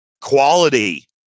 quality